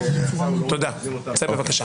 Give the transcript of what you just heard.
תודה, צא בבקשה.